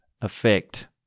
effect